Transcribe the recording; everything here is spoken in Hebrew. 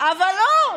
אבל לא.